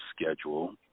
schedule